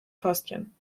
fäustchen